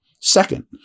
Second